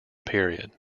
period